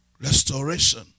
Restoration